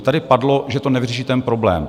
Tady padlo, že to nevyřeší ten problém.